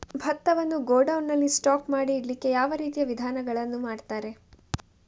ಭತ್ತವನ್ನು ಗೋಡೌನ್ ನಲ್ಲಿ ಸ್ಟಾಕ್ ಮಾಡಿ ಇಡ್ಲಿಕ್ಕೆ ಯಾವ ರೀತಿಯ ವಿಧಾನಗಳನ್ನು ಮಾಡ್ತಾರೆ?